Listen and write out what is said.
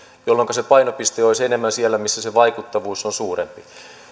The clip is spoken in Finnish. jolloinka se painopiste olisi enemmän siellä missä se vaikuttavuus on suurempi